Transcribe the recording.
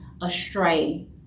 astray